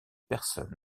personnes